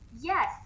yes